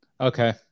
Okay